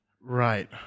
right